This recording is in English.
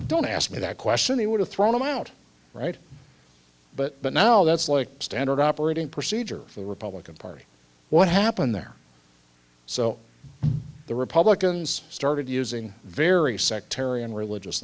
don't ask me that question he would have thrown them out right but but now that's like standard operating procedure for the republican party what happened there so the republicans started using very sectarian religious